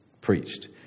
preached